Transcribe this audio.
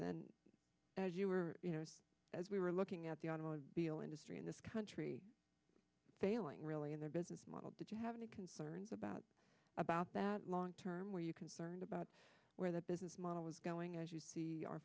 then as you were you know as we were looking at the automobile industry in this country failing really in their business model did you have any concerns about about that long term were you concerned about where the business model was going as